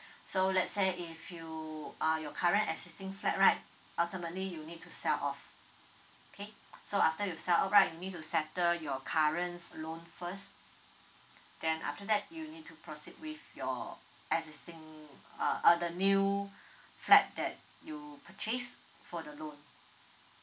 so let's say if you uh your current existing flat right ultimately you need to sell off okay so after you sell off right you need to settle your current loan first then after that you need to proceed with your existing uh uh the new flat that you purchase for the loan